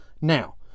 now